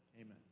amen